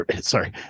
sorry